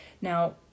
Now